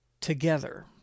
together